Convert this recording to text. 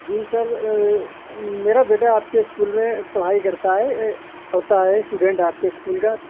جی sir میرا بیٹا آپ کے اسکول میں پڑھائی کرتا ہے پڑھتا ہے اسٹوڈنٹ آپ کے اسکول کا